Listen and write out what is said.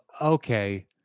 okay